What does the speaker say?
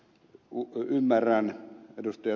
minä ymmärrän ed